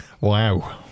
Wow